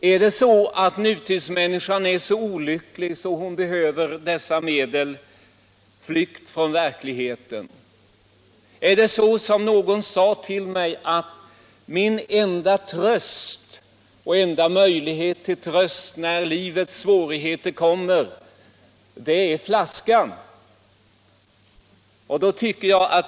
Är det så att nutidsmänniskan är så olycklig att hon behöver dessa medel till flykt från verkligheten? ”Min enda möjlighet till tröst när livets svårigheter kommer, det är flaskan”, sade någon till mig. Är det så vi känner det?